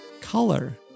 Color